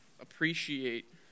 Appreciate